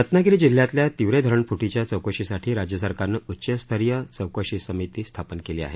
रत्नागिरी जिल्ह्यातल्या तिवरे धरण फ्टीच्या चौकशीसाठी राज्य सरकारनं उच्चस्तरीय विशेष चौकशी पथक स्थापन केलं आहे